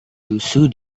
susu